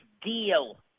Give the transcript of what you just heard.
deal